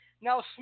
Now